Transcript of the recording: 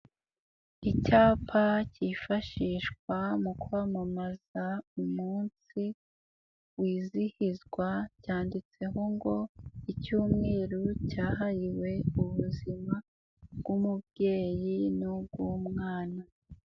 Icyapa cyifashishwa mu kwamamaza umunsi wizihizwa, cyanditseho ngo icyumweru cyahariwe ubuzima bw'umubyeyi n'ubw'umwana.